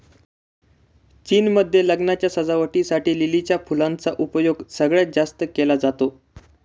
चीन मध्ये लग्नाच्या सजावटी साठी लिलीच्या फुलांचा उपयोग सगळ्यात जास्त केला जातो